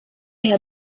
herr